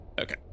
okay